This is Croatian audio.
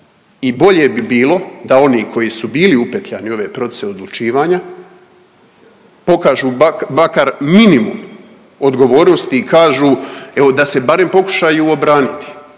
i bolje bi bilo da oni koji su bili upetljani u ove procese odlučivanja pokažu makar minimum odgovornosti i kažu evo da se barem pokušaju obraniti,